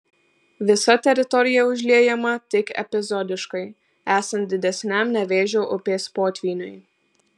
visa teritorija užliejama tik epizodiškai esant didesniam nevėžio upės potvyniui